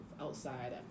outside